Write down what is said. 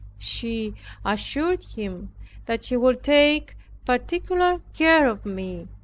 she assured him that she would take particular care of me,